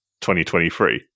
2023